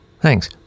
thanks